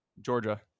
Georgia